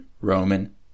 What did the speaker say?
Roman